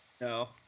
No